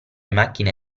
macchine